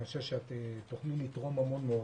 אני חושב שתוכלי לתרום המון.